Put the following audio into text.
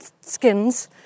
skins